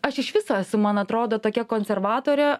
aš iš viso esu man atrodo tokia konservatorė